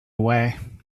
away